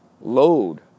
load